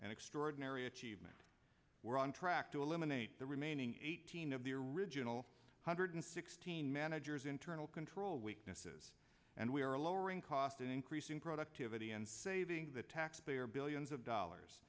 and extraordinary achievement we're on track to eliminate the remaining eighteen of the original hundred sixteen managers internal control weaknesses and we are lowering cost and increasing productivity and saving the taxpayer billions of dollars